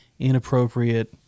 inappropriate